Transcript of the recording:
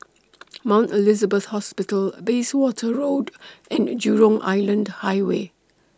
Mount Elizabeth Hospital Bayswater Road and Jurong Island Highway